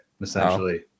essentially